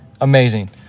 amazing